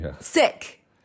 Sick